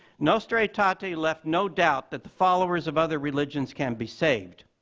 nosta aetate ah aetate left no doubt that the followers of other religions can be saved.